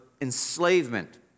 enslavement